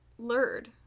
Lured